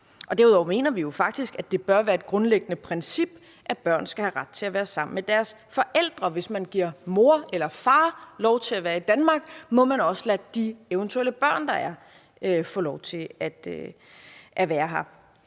Derudover mener vi jo faktisk, at det bør være et grundlæggende princip, at børn skal have ret til at være sammen med deres forældre. Hvis man giver mor eller far lov til at være i Danmark, må man også lade de eventuelle børn, der er, få lov til at være her.